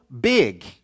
big